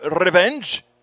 revenge